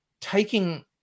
taking